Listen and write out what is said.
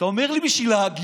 ואתה אומר לי: בשביל ההגינות.